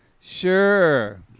Sure